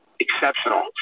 Exceptional